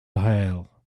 hail